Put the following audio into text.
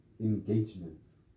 engagements